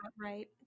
right